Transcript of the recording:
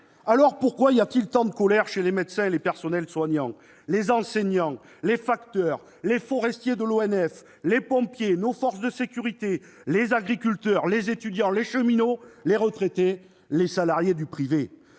Alors, pourquoi y a-t-il tant de colères chez les médecins et les personnels soignants, les enseignants, les facteurs, les forestiers de l'Office national des forêts (ONF), les pompiers, nos forces de sécurité, les agriculteurs, les étudiants, les cheminots, les retraités et les salariés du privé ?